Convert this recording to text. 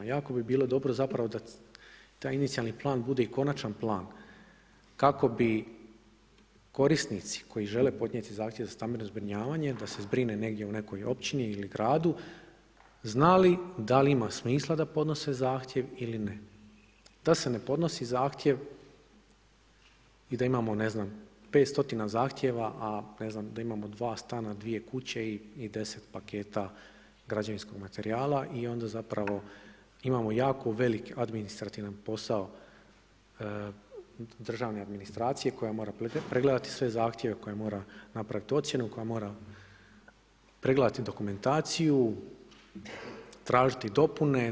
Jako bi bilo dobro zapravo da taj inicijalni plan bude i konačan plan kako bi korisnici koji žele podnijeti zahtjev za stambeno zbrinjavanje da se zbrine negdje u nekoj općini ili gradu znali da li ima smisla da podnose zahtjev ili ne, da se ne podnosi zahtjev i da imamo ne znam, 5 stotina zahtjeva a da imamo 2 stana, 2 kuće i 10 paketa građevinskog materijal i onda zapravo imamo jako veliki administrativni posao državne administracije koja mora pregledati sve zahtjeve, koja mora napraviti ocjenu, koja mora pregledati dokumentaciju, tražiti dopune.